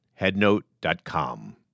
headnote.com